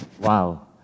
Wow